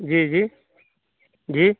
जी जी जी